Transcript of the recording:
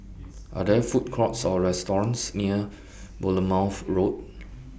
Are There Food Courts Or restaurants near Bournemouth Road